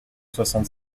soixante